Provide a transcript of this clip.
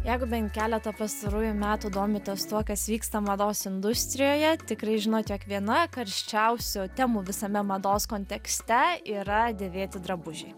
jeigu bent keletą pastarųjų metų domitės tuo kas vyksta mados industrijoje tikrai žinot jog viena karščiausių temų visame mados kontekste yra dėvėti drabužiai